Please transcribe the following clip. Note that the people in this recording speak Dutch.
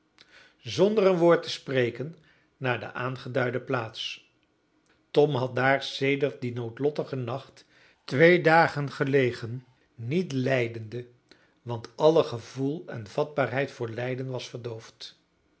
zonder een woord te spreken naar de aangeduide plaats tom had daar sedert dien noodlottigen nacht twee dagen gelegen niet lijdende want alle gevoel en vatbaarheid voor lijden was verdoofd